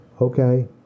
Okay